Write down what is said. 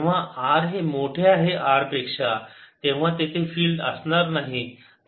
जेव्हा r हे मोठे आहे R पेक्षा तेव्हा तेथे फिल्ड असणार नाही त्यामुळे ते 0 असलेच पाहिजे